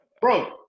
Bro